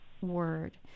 word